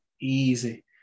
easy